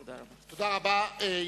תודה רבה.